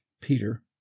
Peter